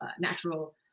natural